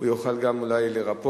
יוכל גם אולי לרפא